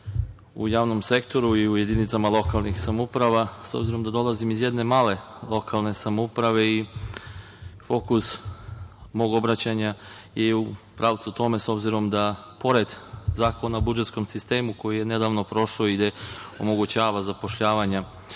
u javnom sektoru i u jedinicama lokalnih samouprava, s obzirom da dolazim iz jedne male lokalne samouprave, fokus mog obraćanja je u pravcu tom.S obzirom da pored Zakona o budžetskom sistemu, koji je nedavno prošao, koji omogućava zapošljavanja